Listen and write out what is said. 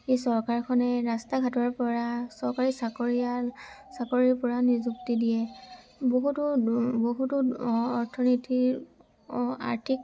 এই চৰকাৰখনে ৰাস্তা ঘাটৰপৰা চৰকাৰী চাকৰিয়াল চাকৰিৰপৰা নিযুক্তি দিয়ে বহুতো বহুতো অৰ্থনীতিৰ আৰ্থিক